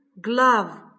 glove